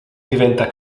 diventa